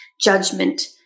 judgment